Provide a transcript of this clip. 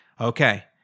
Okay